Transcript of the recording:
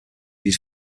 used